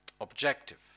objective